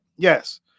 Yes